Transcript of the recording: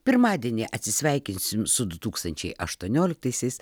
pirmadienį atsisveikinsim su du tūkstančiai aštonioliktaisiais